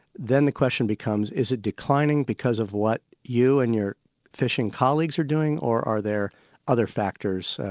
then the question becomes, is it declining because of what you and your fishing colleagues are doing, or are there other factors,